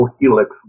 helix